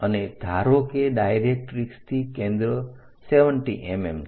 અને ધારો કે ડાયરેક્ટરીક્ષ થી કેન્દ્ર 70 mm છે